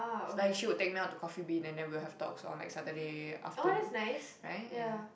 like she would take me out to Coffee-Bean and then we will have talks on Saturday afternoon right ya